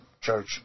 church